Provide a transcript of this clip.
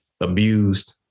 abused